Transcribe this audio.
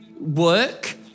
work